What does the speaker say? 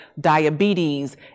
diabetes